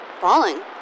falling